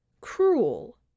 Cruel